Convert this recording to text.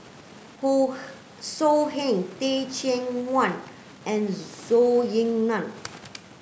who so Heng Teh Cheang Wan and Zhou Ying Nan